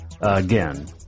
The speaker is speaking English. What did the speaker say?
again